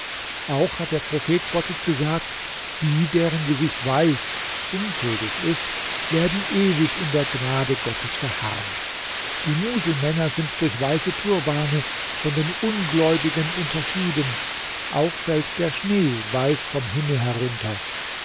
auch hat der prophet gottes gesagt die deren gesicht weiß unschuldig ist werden ewig in der gnade gottes verharren die muselmänner sind durch weiße turbane von den ungläubigen unterschieden auch fällt der schnee weiß vom himmel herunter